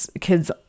kids